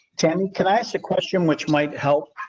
tammy, can i ask a question which might help.